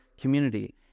community